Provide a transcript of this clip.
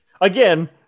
Again